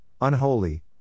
unholy